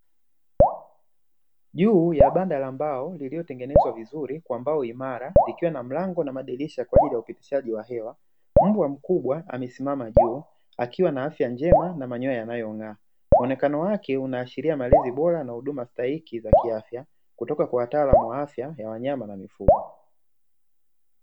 Juu ya banda la mbao lililotengenezwa vizuri kwa mbao imara ikawa na mlango na madirisha kwa ajili ya upitishaji wa hewa, mbwa mkubwa amesimama juu akiwa na afya njema na manyoya yanayofaa mwonekano wake inaashiria malezi na huduma bora kutoka kwa wataalamu wa afya.